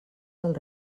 del